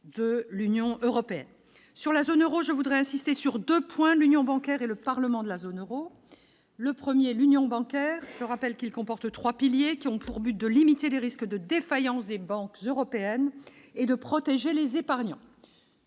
de l'Union européenne sur la zone Euro, je voudrais insister sur 2 points : l'union bancaire et le parlement de la zone Euro le 1er l'union bancaire, je rappelle qu'il comporte 3 piliers qui ont pour but de limiter les risques de défaillance des banques européennes et de protéger les épargnants.